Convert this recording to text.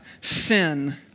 sin